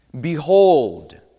Behold